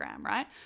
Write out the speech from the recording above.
right